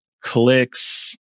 clicks